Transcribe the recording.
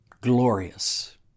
glorious